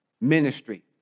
ministry